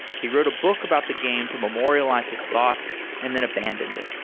he wrote a book about the game to memorialize his thoughts and then abandoned it.